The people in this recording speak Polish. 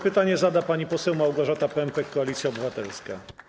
Pytanie zada pani poseł Małgorzata Pępek, Koalicja Obywatelska.